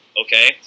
okay